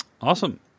Awesome